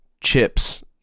chips